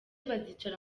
bazicara